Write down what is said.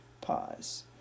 Pause